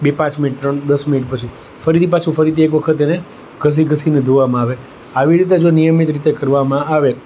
બે પાંચ મિનિટ ત્રણ દસ મિનિટ પછી ફરીથી પાછું ફરીથી એકવખત એને ઘસી ઘસીને ધોવામાં આવે આવી રીતે જો નિયમિત રીતે કરવામાં આવે